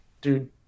Dude